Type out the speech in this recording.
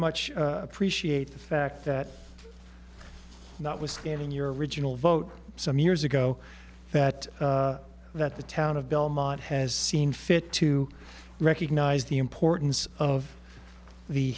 much appreciate the fact that notwithstanding your original vote some years ago that that the town of belmont has seen fit to recognize the importance of the